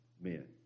men